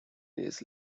days